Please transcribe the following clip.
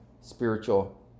spiritual